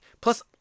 Plus